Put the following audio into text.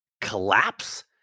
collapse